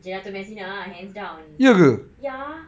gelato messina ah hands down ya